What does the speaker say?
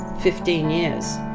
fifteen years.